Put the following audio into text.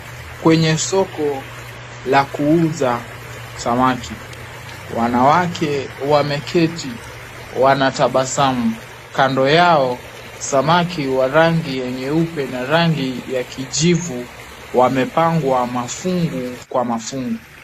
Kwenye soko la kuuza samaki, wanawake wameketi wantabasamu kando yao samaki wa rangi ya nyeupe na rangi ya kijivu wamepangwa mafungu kwa mafungu.